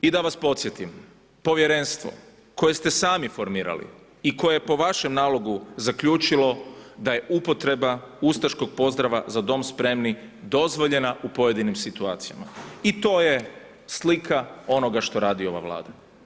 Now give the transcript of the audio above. I da vas podsjetim, povjerenstvo koje ste sami formirali i koje po vašem nalogu zaključilo da je upotreba Ustaškog pozdrava za Dom spremni dozvoljena u pojedinim situacijama i to je slika onoga što radi ova vlada.